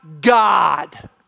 God